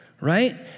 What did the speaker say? right